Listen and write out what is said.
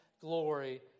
glory